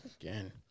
Again